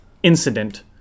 Incident